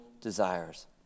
desires